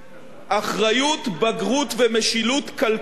אחריות, בגרות ומשילות כלכלית,